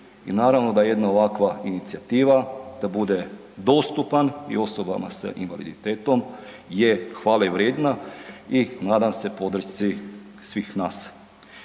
naravno da jedna ovakva inicijativa da bude dostupan i osobama sa invaliditetom je hvale vrijedna i nadam se podršci svih nas.